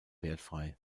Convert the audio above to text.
wertfrei